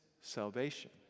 salvation